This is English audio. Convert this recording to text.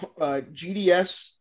GDS